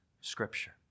Scripture